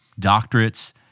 doctorates